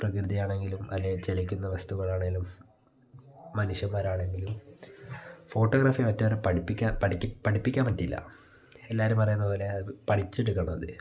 പ്രകൃതിയാണെങ്കിലും അല്ലെങ്കിൽ ചലിക്കുന്ന വസ്തുക്കളാണെങ്കിലും മനുഷ്യന്മാരാണെങ്കിലും ഫോട്ടോഗ്രാഫി മറ്റവരെ പഠിപ്പിക്കാൻ പഠിപ്പിക്കാൻ പറ്റില്ല എല്ലാവരും പറയുന്നതുപോലെ അതു പഠിച്ചെടുക്കണത്